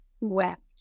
wept